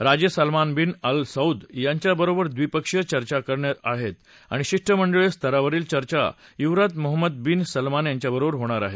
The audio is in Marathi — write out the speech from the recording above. राजे सलमान बिन आलं सौद यांच्या बरोबर द्विपक्षीय चर्चा कर्ण आहेत आणि शिष्टमंडळीय स्तरावरील चर्चा युवराज मोहम्मद बिन सलमान यांच्या बरोबर होणार आहे